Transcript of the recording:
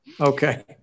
Okay